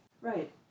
Right